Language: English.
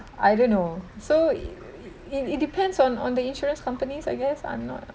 I don't know so it it depends on on the insurance companies I guess I'm not